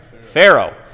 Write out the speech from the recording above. Pharaoh